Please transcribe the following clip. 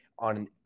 on